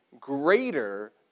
greater